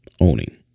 owning